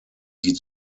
die